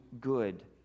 good